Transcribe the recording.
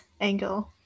angle